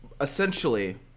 essentially